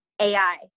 AI